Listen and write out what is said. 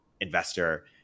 investor